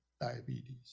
diabetes